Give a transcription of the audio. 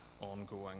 ongoing